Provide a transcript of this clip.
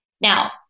Now